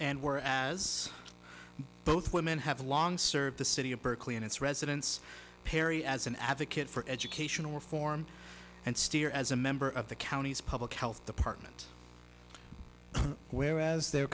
and where as both women have long served the city of berkeley and its residents perry as an advocate for educational reform and steer as a member of the county's public health department whereas the